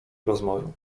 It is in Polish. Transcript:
rozmowę